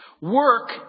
Work